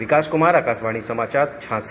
विकास कुमार आकाशवाणी समाचार झांसी